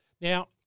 now